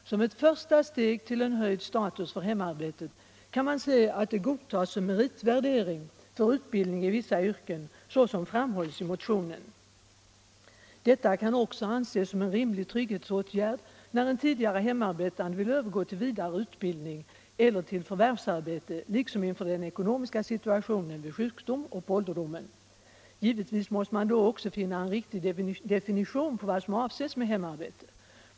Som ett första steg till höjd status för hemarbetet kan man se att det godtas som meritvärdering för utbildning i vissa yrken, såsom framhålls i motionen. Detta kan också ses som en rimlig trygghetsåtgärd, när en tidigare hemarbetande vill övergå till vidareutbildning eller till förvärvsarbete liksom inför den ekonomiska situationen vid sjukdom och på ålderdomen. Givetvis måste man då också finna en riktig definition på vad som avses med hemarbete.